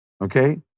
okay